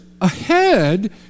ahead